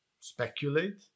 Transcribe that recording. speculate